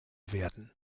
werden